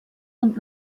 und